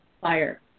fire